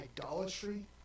idolatry